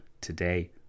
today